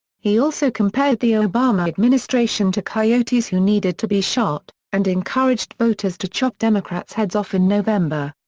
he also compared the obama administration to coyotes who needed to be shot, and encouraged voters to chop democrats' heads off in november.